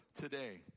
today